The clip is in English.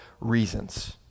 reasons